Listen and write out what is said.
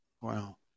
Wow